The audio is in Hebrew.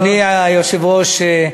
אדוני היושב-ראש,